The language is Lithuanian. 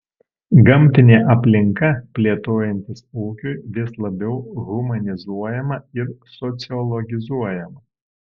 gamtinė aplinka plėtojantis ūkiui vis labiau humanizuojama ir sociologizuojama